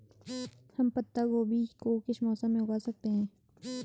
हम पत्ता गोभी को किस मौसम में उगा सकते हैं?